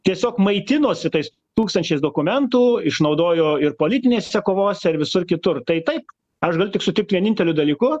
tiesiog maitinosi tais tūkstančiais dokumentų išnaudojo ir politinėse kovose ir visur kitur tai taip aš galiu tik sutikt vieninteliu dalyku